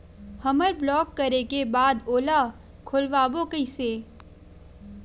हमर ब्लॉक करे के बाद ओला खोलवाबो कइसे?